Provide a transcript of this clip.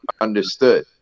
understood